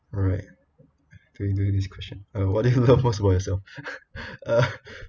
alright are we doing this question uh what do you love most about yourself uh